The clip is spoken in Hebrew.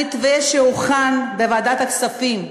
המתווה שהוכן בוועדת הכספים,